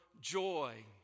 joy